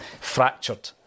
fractured